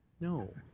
no.